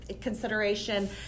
consideration